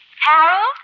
Harold